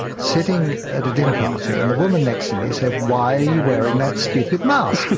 sitting at a dinner party, and the woman next to me said, why are you wearing that stupid mask?